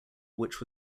which